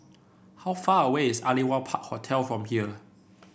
how far away is Aliwal Park Hotel from here